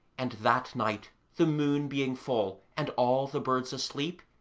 and that night, the moon being full, and all the birds asleep,